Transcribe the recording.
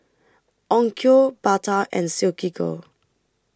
Onkyo Bata and Silkygirl